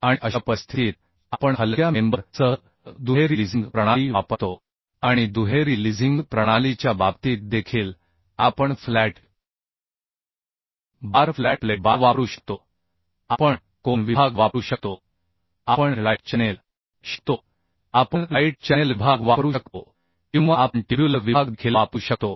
आणि अशा परिस्थितीत आपण हलक्या मेंबर सह दुहेरी लिझिंग प्रणाली वापरतो आणि दुहेरी लिझिंग प्रणालीच्या बाबतीत देखील आपण flat bar flat plate bar वापरू शकतो आपण कोन विभाग वापरू शकतो आपण लाईट चॅनेल विभाग वापरू शकतो किंवा आपण ट्युब्युलर विभाग देखील वापरू शकतो